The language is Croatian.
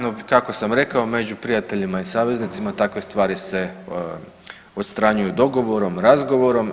No, kako sam rekao među prijateljima i saveznicima takve stvari se odstranjuju dogovorom, razgovorom.